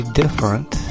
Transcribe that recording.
different